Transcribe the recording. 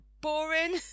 boring